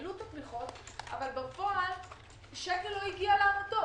העלו את התמיכות, אבל בפועל שקל לא הגיע לעמותות.